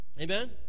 Amen